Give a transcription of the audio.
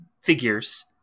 figures